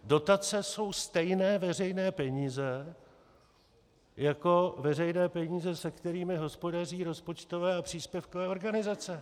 Dotace jsou stejné veřejné peníze jako veřejné peníze, se kterými hospodaří rozpočtové a příspěvkové organizace.